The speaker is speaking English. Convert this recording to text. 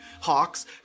hawks